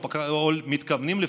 או מתכוונים,